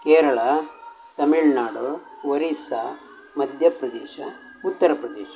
Kerala Tamil Nadu Orissa Madhya Pradesh Uttar Pradesh